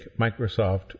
Microsoft